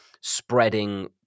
spreading